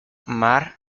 mar